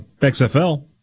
XFL